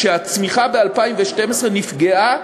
התוצאה הייתה שהצמיחה ב-2012 נפגעה,